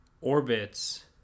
orbits